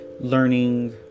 learning